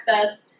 access